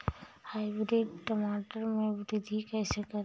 Hybrid टमाटर में वृद्धि कैसे करें?